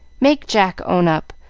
make jack own up,